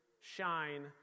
shine